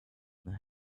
and